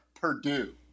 Purdue